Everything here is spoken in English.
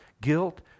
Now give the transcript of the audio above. guilt